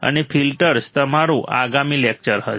અને ફિલ્ટર્સ અમારું આગામી લેક્ચર હશે